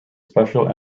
special